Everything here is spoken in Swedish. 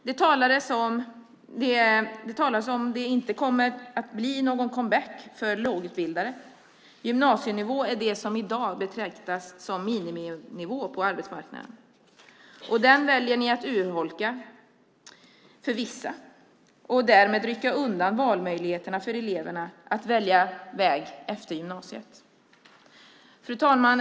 Det talades om att det inte kommer att bli någon comeback för lågutbildade. Gymnasienivå är det som i dag betraktas som miniminivå på arbetsmarknaden. Den väljer ni att urholka för vissa och därmed rycka undan valmöjligheterna för elever att välja väg efter gymnasiet. Fru talman!